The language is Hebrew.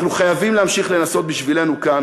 אנחנו חייבים להמשיך לנסות בשבילנו כאן